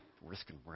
risking